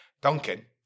Duncan